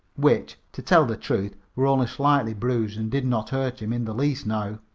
which, to tell the truth, were only slightly bruised and did not hurt him in the least now.